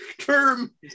term